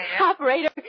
Operator